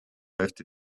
left